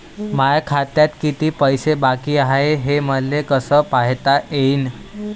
माया खात्यात किती पैसे बाकी हाय, हे मले कस पायता येईन?